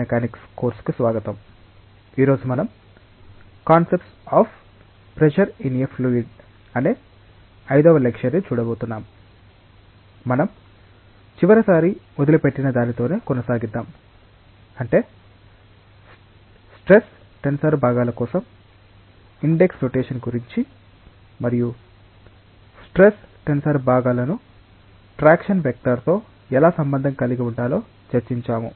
మనం చివరిసారి వదిలిపెట్టిన దానితోనే కొనసాగిద్దాం అంటే స్ట్రెస్ టెన్సర్ భాగాల కోసం ఇండెక్స్ నొటేషన్ గురించి మరియు స్ట్రెస్ టెన్సర్ భాగాలను ట్రాక్షన్ వెక్టర్తో ఎలా సంబంధం కలిగి ఉండాలో చర్చించాము